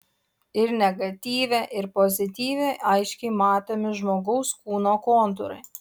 ir negatyve ir pozityve aiškiai matomi žmogaus kūno kontūrai